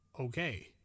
Okay